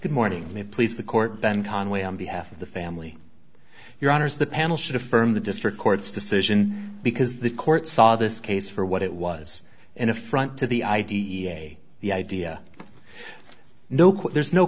good morning me please the court ben conway on behalf of the family your honors the panel should affirm the district court's decision because the court saw this case for what it was an affront to the i d e a the idea no what there's no